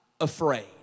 afraid